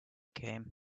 came